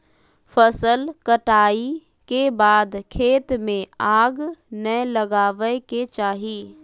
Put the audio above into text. फसल कटाई के बाद खेत में आग नै लगावय के चाही